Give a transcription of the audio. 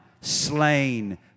slain